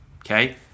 okay